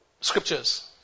scriptures